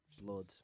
blood